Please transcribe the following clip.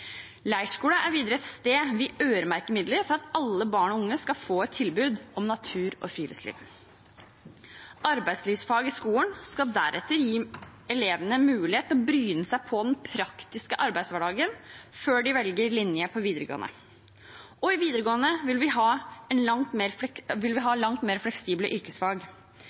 er videre noe vi øremerker midler til for at alle barn og unge skal få et tilbud om natur og friluftsliv. Arbeidslivsfag i skolen skal gi elevene mulighet til å bryne seg på den praktiske arbeidshverdagen før de velger linje på videregående, og i videregående vil vi ha langt mer fleksible yrkesfag. Vi